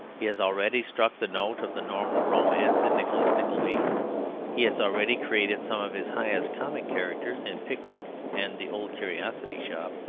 he has already struck the note of the normal romance in nicholas nickleby he has already created some of his highest comic characters in pickwick and the old curiosity shop,